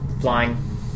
flying